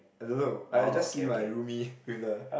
I don't know I just see my roomie with the